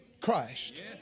Christ